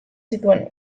zituen